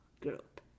group